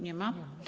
Nie ma.